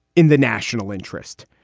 in the national interest,